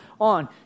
on